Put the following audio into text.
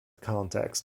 context